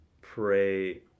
pray